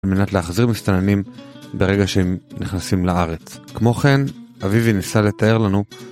על מנת להחזיר מסתננים ברגע שהם נכנסים לארץ. כמו כן, אביבי ניסה לתאר לנו.